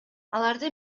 аларды